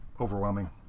overwhelming